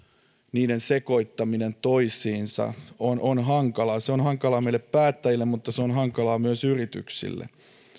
niiden sekoittaminen toisiinsa on on hankalaa se on hankalaa meille päättäjille mutta se on hankalaa myös yrityksille